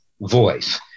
voice